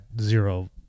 zero